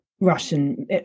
russian